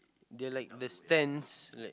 they like the stands like